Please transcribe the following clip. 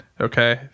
Okay